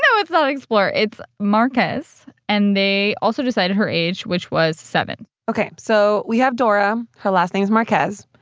no, it's not explorer it's marquez. and they also decided her age, which was seven point ok, so we have dora. her last name is marquez,